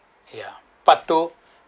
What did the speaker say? ya part two